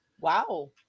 wow